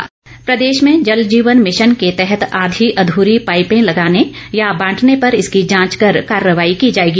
प्रश्नकाल प्रदेश में जल जीवन भिशन के तहत आधी अधूरी पाइपें लगाने या बांटने पर इसकी जांच कर कार्रवाई की जाएगी